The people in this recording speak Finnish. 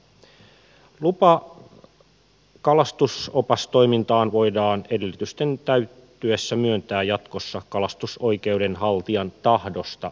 lupa kalastusopastoimintaan voidaan edellytysten täyttyessä myöntää jatkossa kalastusoikeuden haltijan tahdosta riippumatta